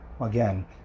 again